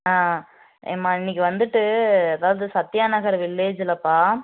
ஆ மா இன்னைக்கி வந்துட்டு அதாவது சத்தியா நகர் வில்லேஜுலப்பா